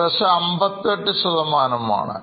ഏകദേശം 58 ആണ്